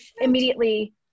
immediately